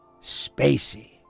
spacey